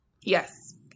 Yes